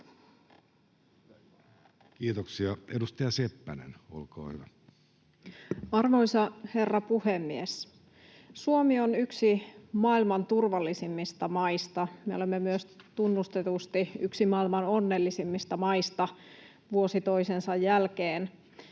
Time: 12:50 Content: Arvoisa herra puhemies! Suomi on yksi maailman turvallisimmista maista. Me olemme myös tunnustetusti yksi maailman onnellisimmista maista vuosi toisensa jälkeen.